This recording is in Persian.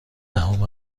دهم